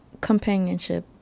companionship